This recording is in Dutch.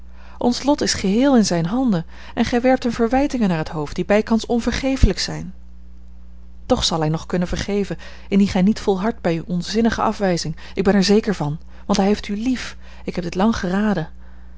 ons lot is geheel in zijne handen en gij werpt hem verwijtingen naar het hoofd die bijkans onvergefelijk zijn toch zal hij nog kunnen vergeven indien gij niet volhardt bij uwe onzinnige afwijzing ik ben er zeker van want hij heeft u lief ik heb dit lang geraden